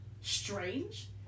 strange